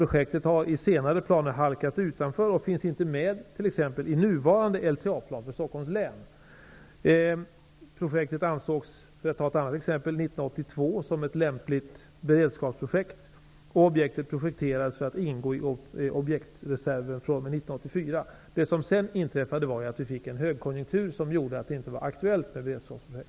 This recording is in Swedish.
Projektet har halkat utanför i senare planer och finns t.ex. inte med i nuvarande Projektet ansågs, för att ta ett annat exempel, 1982 1984. Det som sedan inträffade var att vi fick en högkonjunktur som gjorde att det inte var aktuellt med beredskapsprojekt.